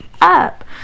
up